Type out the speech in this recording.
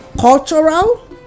cultural